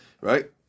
Right